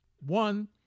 One